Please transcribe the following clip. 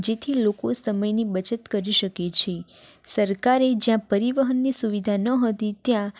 જેથી લોકો સમયની બચત કરી શકે છે સરકારે જ્યાં પરિવહનની સુવિધા ન હતી ત્યાં